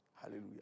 Hallelujah